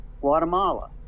Guatemala